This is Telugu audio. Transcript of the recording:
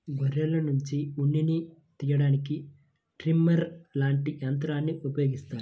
గొర్రెల్నుంచి ఉన్నిని తియ్యడానికి ట్రిమ్మర్ లాంటి యంత్రాల్ని ఉపయోగిత్తారు